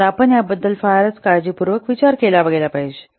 तर आपण याबद्दल फारच काळजीपूर्वक विचार केला पाहिजे